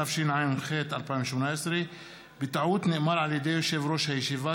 התשע"ח 2018. בטעות אמר יושב-ראש הישיבה